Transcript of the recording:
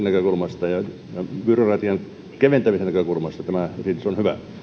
näkökulmasta ja byrokratian keventämisen näkökulmasta tämä esitys on